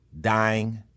dying